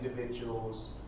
individuals